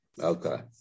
Okay